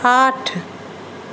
आठ